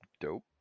dope